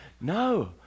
No